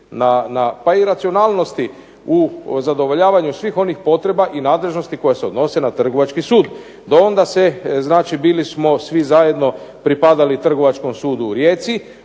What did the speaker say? pa i racionalnosti u zadovoljavanju svih onih potreba i nadležnosti koje se odnose na trgovački sud. Do onda se znači bili smo svi zajedno, pripadali Trgovačkom sudu u Rijeci,